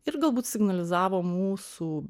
ir galbūt signalizavo mūsų